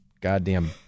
goddamn